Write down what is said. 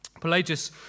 Pelagius